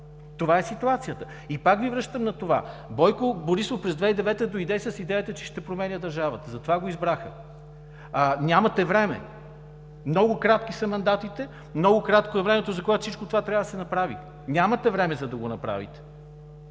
Това е ситуацията. И пак Ви връщам на това – Бойко Борисов през 2009 г. дойде с идеята, че ще променя държавата. Затова го избраха. Нямате време. Много кратки са мандатите, много кратко е времето, за което всичко това трябва да се направи. Нямате време, за да го направите.